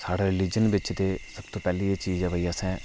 साढ़े रिलिजन बिच ते सब तूं पैह्ली एह् चीज ऐ भाई असें